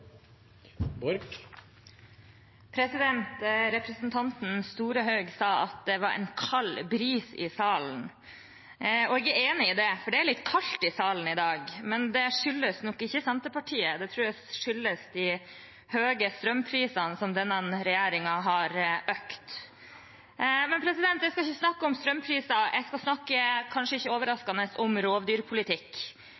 enig i det, for det er litt kaldt i salen i dag, men det skyldes nok ikke Senterpartiet, jeg tror det skyldes de høye strømprisene, som denne regjeringen har økt. Men jeg skal ikke snakke om strømpriser, jeg skal – kanskje ikke overraskende – snakke om rovdyrpolitikk. Jeg er kanskje den eneste som kommer til å snakke om rovdyrpolitikk i denne debatten, men om ikke